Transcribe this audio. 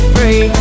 Free